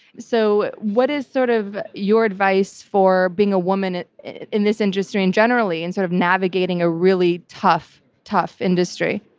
so what is sort of your advice for being a woman in this industry and generally and sort of navigating a really tough tough industry?